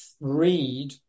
read